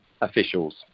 officials